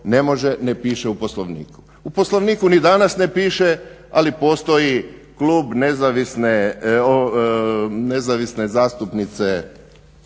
ne može, ne piše u Poslovniku. U Poslovniku ni danas ne piše, ali postoji Klub nezavisne zastupnice